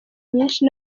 nyinshi